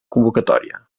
convocatòria